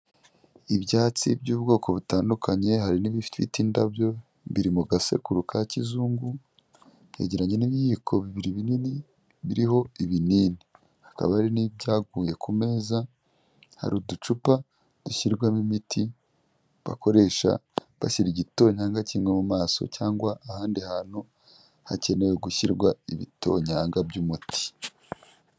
Ibyatsi by'ubwoko butandukanye hari n'ibifite indabyo biri mu gasekuru ka kizungu kegeranye n'ibiyiko bibiri binini biriho ibini, bikaba hari n'ibyaguye ku meza. Hari uducupa dushyirwamo imiti bakoresha bashyira igitonyanga kimwe mu maso cyangwa ahandi hantu hakenewe gushyirwa ibitonyanga by'umuti.